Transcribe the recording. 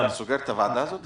אתה סוגר את הוועדה הזאת?